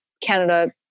Canada